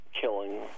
killing